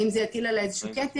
האם זה יטיל עליי איזה שהוא כתם,